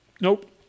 Nope